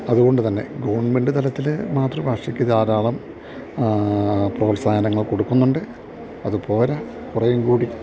അതുകൊണ്ടുതന്നെ ഗവൺമെൻ്റ് തലത്തില് മാതൃഭാഷയ്ക്കു ധാരാളം പ്രോത്സാഹനങ്ങൾ കൊടുക്കുന്നുണ്ട് അതുപോരാ കൊറേയും കൂടി